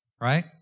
right